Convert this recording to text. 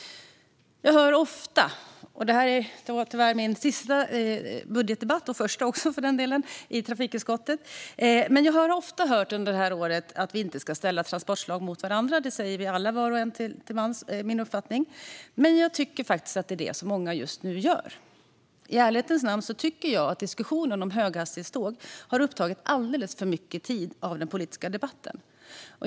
Det här är tyvärr min sista budgetdebatt - och första också, för den delen - i trafikutskottet, men jag har ofta under året hört att vi inte ska ställa transportslag mot varandra. Det säger vi alla lite till mans, är min uppfattning, men jag tycker faktiskt att det är vad många just nu gör. I ärlighetens namn tycker jag att diskussionen om höghastighetståg har upptagit alldeles för mycket tid av den politiska debatten.